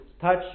touch